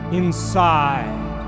inside